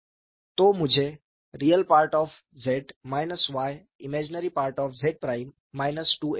तो मुझे ReZ yImZ′ 2A मिलता है